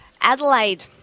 Adelaide